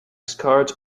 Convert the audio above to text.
cards